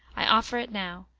i offer it now,